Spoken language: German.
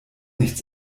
nichts